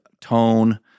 tone